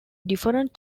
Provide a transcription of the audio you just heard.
different